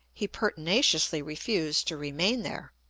he pertinaciously refused to remain there.